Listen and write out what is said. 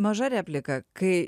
maža replika kai